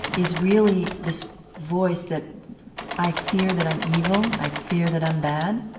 is really this voice that i fear that i'm evil, i fear that i'm bad,